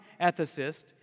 ethicist